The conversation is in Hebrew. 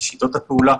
את שיטות הפעולה,